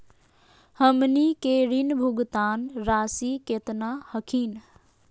हमनी के ऋण भुगतान रासी केतना हखिन?